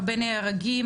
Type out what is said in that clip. הרבה נהרגים,